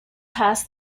past